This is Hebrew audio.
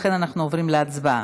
לכן אנחנו עוברים להצבעה.